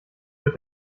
wird